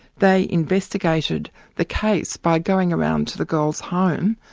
they investigated the case by going around to the girl's home,